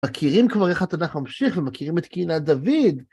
מכירים כבר איך התנ"ך ממשיך, ומכירים את קיהת דוד.